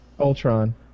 Ultron